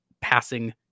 passing